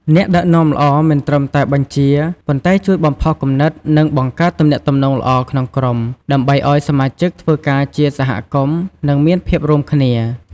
អ្នកដឹកនាំល្អមិនត្រឹមតែបញ្ជា ប៉ុន្តែជួយបំផុសគំនិត និងបង្កើតទំនាក់ទំនងល្អក្នុងក្រុម ដើម្បីឲ្យសមាជិកធ្វើការជាសហគមន៍ និងមានភាពរួមគ្នា។